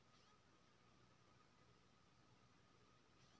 केतना दिन तक आर सर जल्दी जमा कर देबै लोन?